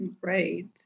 Right